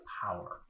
power